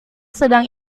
sedang